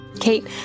Kate